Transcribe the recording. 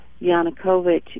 Yanukovych